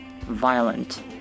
violent